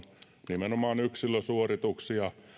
nimenomaan yksilösuorituksia